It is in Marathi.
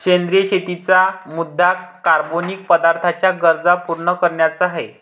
सेंद्रिय शेतीचा मुद्या कार्बनिक पदार्थांच्या गरजा पूर्ण न करण्याचा आहे